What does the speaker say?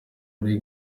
muri